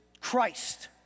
Christ